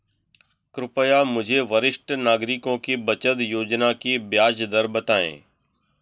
कृपया मुझे वरिष्ठ नागरिकों की बचत योजना की ब्याज दर बताएं